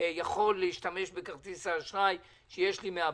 יכול להשתמש בכרטיס האשראי שיש לי מהבנק,